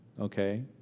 okay